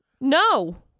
No